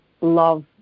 love